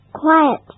Quiet